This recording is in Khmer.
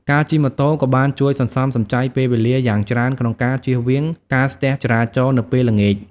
ការជិះម៉ូតូក៏បានជួយសន្សំសំចៃពេលវេលាយ៉ាងច្រើនក្នុងការជៀសវាងការស្ទះចរាចរណ៍នៅពេលល្ងាច។